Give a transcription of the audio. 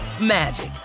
magic